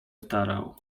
starał